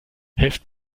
helft